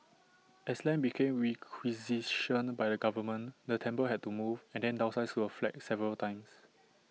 as land became requisitioned by the government the temple had to move and then downsize to A flat several times